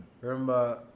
remember